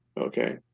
okay